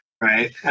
Right